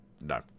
no